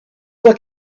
were